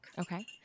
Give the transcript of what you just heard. Okay